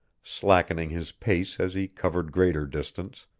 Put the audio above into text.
slackening his pace as he covered greater distance,